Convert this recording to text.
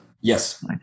Yes